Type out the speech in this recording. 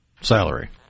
salary